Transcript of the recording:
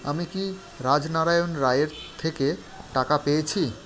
আমি কি রাজনারায়ণ রায়ের থেকে টাকা পেয়েছি